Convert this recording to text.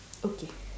okay